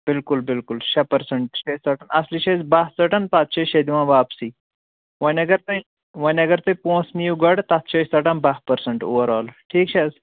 بِلکُل بِلکُل شےٚ پٔرٛسنٛٹ چھِ أسۍ ژَٹان اصلی چھِ أسۍ باہ ژَٹان پتہٕ چھِ أسۍ شےٚ دِوان واپسٕے وۄنۍ اگر تُہۍ وۅنۍ اگر تۅہہِ پونٛسہٕ نِیوٗ گۄڈٕ تَتھ چھِ أسۍ ژَٹان باہ پٔرٛسںٹ اُور آل ٹھیٖک چھِ حظ